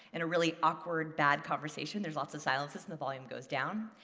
in a really awkward bad conversation, there are lots of silences, and the volume goes down.